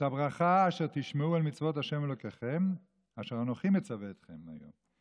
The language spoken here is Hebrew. את הברכה אשר תשמעו אל מצות ה' אלוקיכם אשר אנכי מצוה אתכם היום.